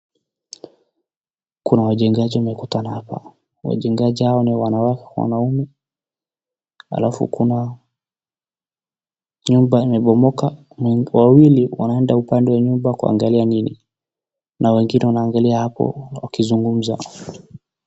Kuna wajengaji wamekutana hapa, wajengaji hawa ni wanaume, halafu kuna nyumba imebomoka na wawili wanaenda upande wa nyumba kuangalia nini, na wengine wanaangalia hapo wakizungumza.